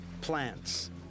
plants